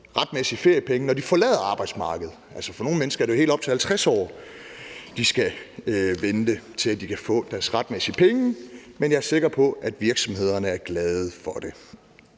retmæssige feriepenge, når de forlader arbejdsmarkedet. For nogle mennesker er det jo helt op til 50 år, de skal vente, til de kan få deres retmæssige penge, men jeg er sikker på, at virksomhederne er glade for det.